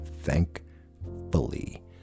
thankfully